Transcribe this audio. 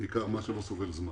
בעיקר מה שלא סובל זמן.